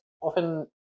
often